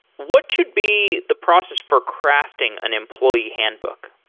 what should be the process for crafting an employee handbook?